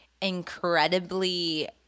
incredibly